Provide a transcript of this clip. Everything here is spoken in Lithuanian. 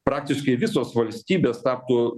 praktiškai visos valstybės taptų